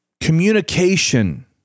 communication